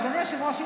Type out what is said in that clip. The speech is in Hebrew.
אדוני היושב-ראש,